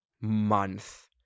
month